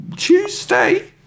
Tuesday